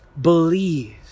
Believe